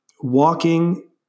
walking